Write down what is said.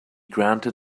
granted